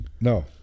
no